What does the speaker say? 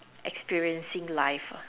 experiencing life